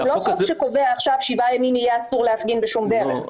הוא לא חוק שקובע עכשיו ששבעה ימים יהיה אסור להפגין בשום דרך.